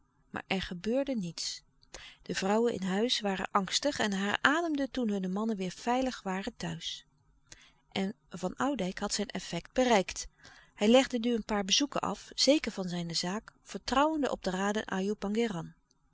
maar er ge beurde niets de vrouwen in huis waren angstig en herademden toen hunne mannen veilig weêr waren thuis en van oudijck had zijn effect bereikt hij legde nu een paar bezoeken af zeker van zijne zaak vertrouwende op de